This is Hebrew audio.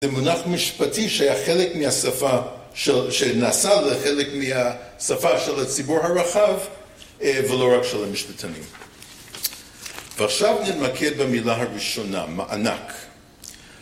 זה מונח משפטי שנעשה לחלק מהשפה של הציבור הרחב, ולא רק של המשפטנים. ועכשיו נתמקד במילה הראשונה, מענק.